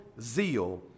zeal